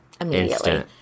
immediately